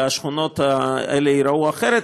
והשכונות האלה ייראו אחרת.